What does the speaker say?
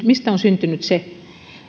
mistä on syntynyt se